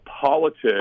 politics